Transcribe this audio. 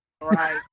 Right